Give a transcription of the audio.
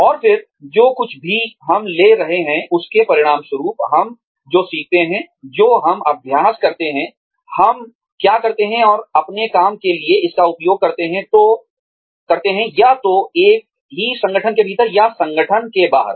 और फिर जो कुछ भी हम ले रहे हैं उसके परिणामस्वरूप हम जो सीखते हैं जो हम अभ्यास करते हैं हम क्या करते हैं और अपने काम के लिए इसका उपयोग करते हैं या तो एक ही संगठन के भीतर या संगठन के बाहर